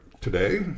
today